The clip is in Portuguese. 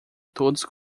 todos